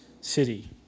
city